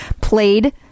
Played